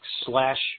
slash